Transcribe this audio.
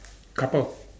couple